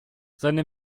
seine